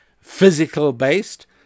physical-based